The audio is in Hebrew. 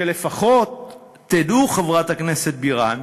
שלפחות תדעו, חברת הכנסת בירן,